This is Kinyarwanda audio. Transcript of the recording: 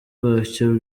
bwacyo